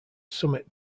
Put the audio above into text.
summit